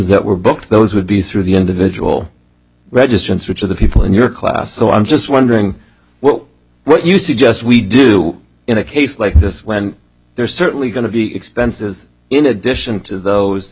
that were booked those would be through the individual registrant's which of the people in your class so i'm just wondering well what you suggest we do in a case like this when there's certainly going to be expenses in addition to those